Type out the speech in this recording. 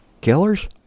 killers